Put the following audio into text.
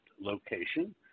location